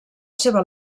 seva